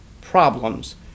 problems